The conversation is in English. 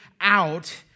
out